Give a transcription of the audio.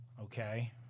Okay